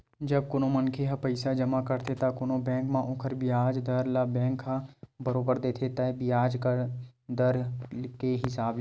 जब कोनो मनखे ह पइसा जमा करथे त कोनो बेंक म ओखर बियाज दर ल बेंक ह बरोबर देथे तय बियाज दर के हिसाब ले